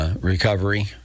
recovery